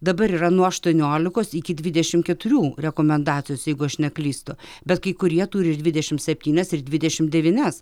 dabar yra nuo aštuoniuolikos iki dvidešimt keturių rekomendacijos jeigu aš neklystu bet kai kurie turi ir dvidešimt septynias ir dvidešimt devynias